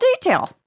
detail